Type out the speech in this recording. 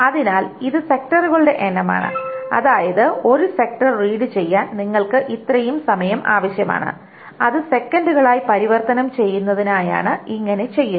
അതിനാൽ ഇത് സെക്ടറുകളുടെ എണ്ണമാണ് അതായത് ഒരു സെക്ടർ റീഡ് ചെയ്യാൻ നിങ്ങൾക്ക് ഇത്രയും സമയം ആവശ്യമാണ് അത് സെക്കൻഡുകളായി പരിവർത്തനം ചെയ്യുന്നതിനായാണ് ഇങ്ങനെ ചെയ്യുന്നത്